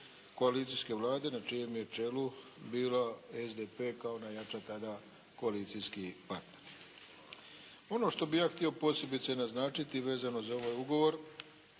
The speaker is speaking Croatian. koalicijske Vlade na čijem je čelu bilo SDP kao najjača tada koalicijski partner. Ono što bih ja htio posebice naznačiti vezano za ovaj ugovor